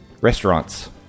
restaurants